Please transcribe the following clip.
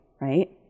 right